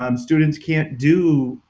um students can't do,